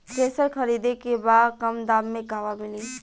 Thresher खरीदे के बा कम दाम में कहवा मिली?